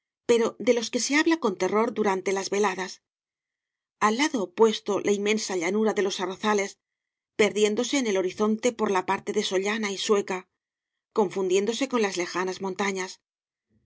pero de los que ae habla coa v blasco ibáñbz terror durante las veladas al lado opueeto la inmensa llanura de los arrozales perdiéndose en el horizonte por la parte de soliana y sueca confundiéndose con las lejanas montañas